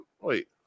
wait